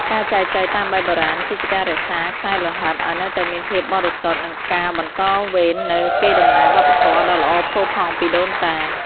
ការចែចូវតាមបែបបុរាណគឺជាការរក្សា "ខ្សែលោហិត" ឱ្យនៅតែមានភាពបរិសុទ្ធ និងការបន្តវេននូវកេរដំណែលវប្បធម៌ដ៏ល្អផូរផង់ពីដូនតា។